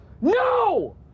No